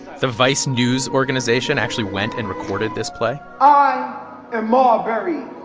the vice news organization actually went and recorded this play i am marbury